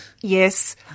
Yes